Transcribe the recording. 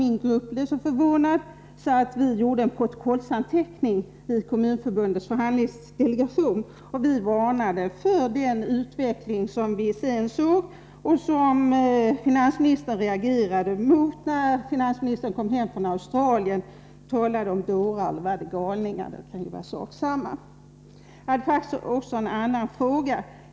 Min grupp blev så förvånad att vi gjorde en protokollsanteckning i Kommunförbundets förhandlingsdelegation och varnade för den utveckling som vi sedan såg och som finansministern reagerade mot när han kom hem från Australien, då han talade om dårar — eller möjligen galningar, men det kan ju vara sak samma. Jag hade faktiskt också en annan fråga.